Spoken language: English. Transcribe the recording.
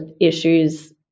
issues